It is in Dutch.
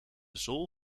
zool